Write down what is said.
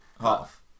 Half